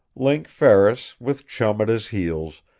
link ferris, with chum at his heels,